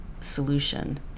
solution